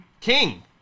King